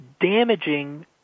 damaging